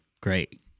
great